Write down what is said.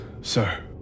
sir